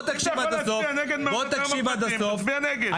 תצביע נגד,